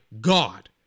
god